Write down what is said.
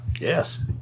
Yes